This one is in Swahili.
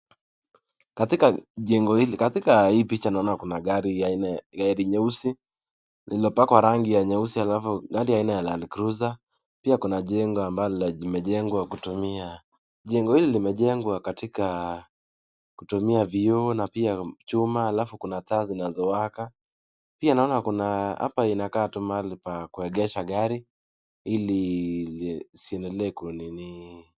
Katika picha hii naona Kuna gari nyeusi naona ni aina ya land cruiser pia kunajengo limeudwa kutumia vioo, chuma na taa zinazo Waka pia naona panakaa pahali pa kuegesha gari ili ziendelee kuninii...